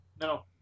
No